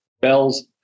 bells